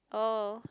oh